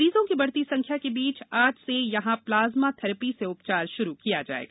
मरीजों की बढ़ती संख्या के बीच आज से यहां प्लाजमा थेरेपी से उपचार श्रू किया जाएगा